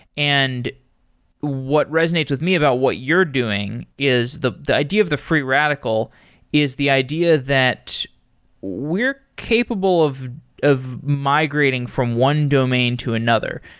and what resonates with me about what you're doing is the the idea of the free radical is the idea that we're capable of of migrating from one domain to another.